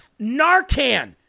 Narcan